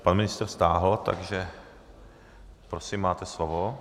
Pan ministr stáhl, takže prosím máte slovo.